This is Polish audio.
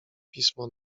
pismo